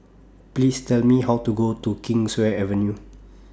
Please Tell Me How to Go to Kingswear Avenue